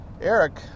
Eric